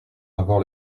avoir